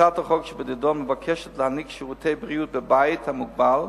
הצעת החוק שבנדון מבקשת להעניק שירותי בריאות בבית המוגבל,